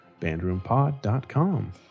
bandroompod.com